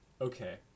Okay